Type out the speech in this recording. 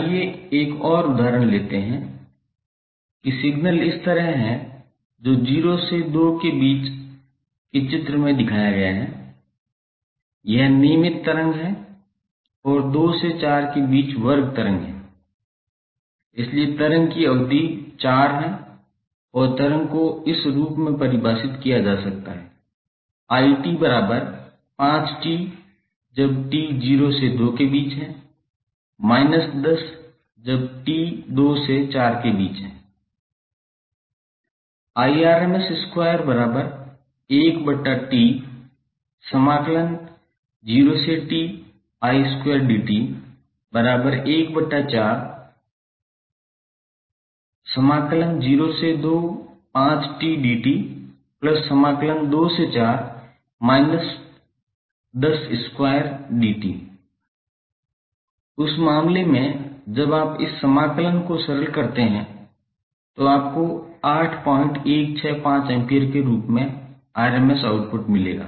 आइए एक और उदाहरण लेते हैं कि सिग्नल इस तरह है जो 0 से 2 के बीच की चित्र में दिखाया गया है यह नियमित तरंग है और 2 से 4 के बीच वर्ग तरंग है इसलिए तरंग की अवधि 4 है और तरंग को इस रूप में परिभाषित किया जा सकता है 𝑖𝑡5t 0𝑡2 10 2𝑡4 उस मामले में जब आप इस समाकलन को सरल करते हैं तो आपको 8165 एम्पीयर के रूप में rms आउटपुट मिलेगा